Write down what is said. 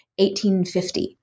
1850